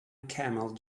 camel